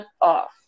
off